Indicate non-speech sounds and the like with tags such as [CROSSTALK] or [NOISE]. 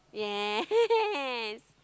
yeah yeah yes [LAUGHS]